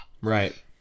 Right